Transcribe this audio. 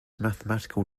mathematical